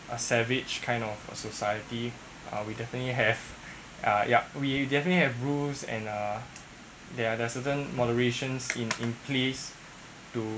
a savage kind of a society uh we definitely have uh yup we definitely have rules and uh there're there are certain moderation in in place to